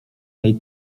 tej